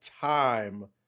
time